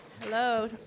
Hello